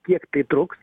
kiek tai truks